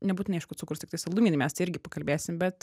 nebūtinai aišku cukrus tiktai saldumynai mes tai irgi pakalbėsim bet